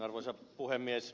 arvoisa puhemies